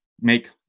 make